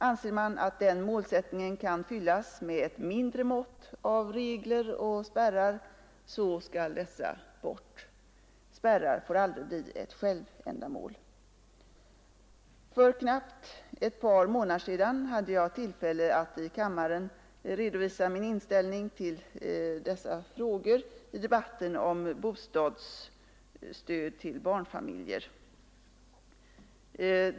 Anser man att den målsättningen kan fyllas med ett mindre mått av regler och spärrar, så skall dessa bort. Spärrar får aldrig bli ett självändamål. För knappt ett par månader sedan hade jag tillfälle att i kammaren redovisa min inställning till dessa frågor i debatten om bostadsstöd till barnfamiljerna.